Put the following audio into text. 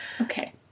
Okay